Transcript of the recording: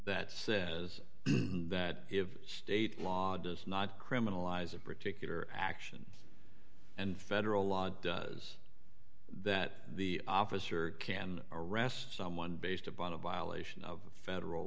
that is that if state law does not criminalize a particular action and federal law does that the officer can arrest someone based upon a violation of federal